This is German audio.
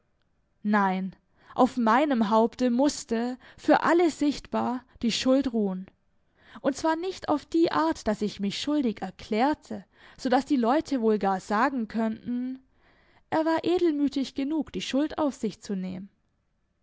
nein auf meinem haupte mußte für alle sichtbar die schuld ruhen und zwar nicht auf die art daß ich mich schuldig erklärte so daß die leute wohl gar sagen könnten er war edelmütig genug die schuld auf sich zu nehmen